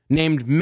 named